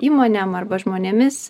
įmonėm arba žmonėmis